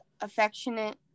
affectionate